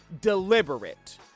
Deliberate